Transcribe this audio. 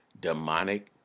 demonic